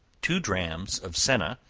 two drachms of senna,